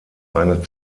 eine